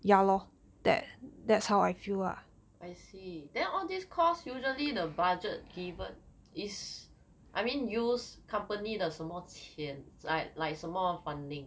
I see then all these course usually the budget given is I mean use company 的什么钱 like 什么 funding